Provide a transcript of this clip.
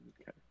Okay